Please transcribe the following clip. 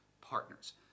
partners